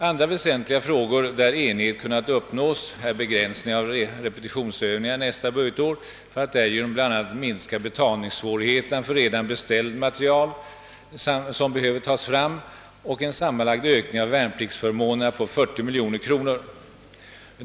Andra väsentliga frågor, där enighet kunnat uppnås, är begränsningen av repetitionsövningarna nästa budgetår, för att därigenom bl.a. minska betalningssvårigheterna för redan beställd materiel, som behöver tas fram, och en sammanlagd ökning av värnpliktsförmånerna på 40 miljoner.